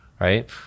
Right